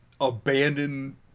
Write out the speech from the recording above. abandon